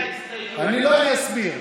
אני אסביר.